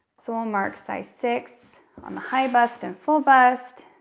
so i'll mark size six on the high bust and full bust.